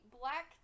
black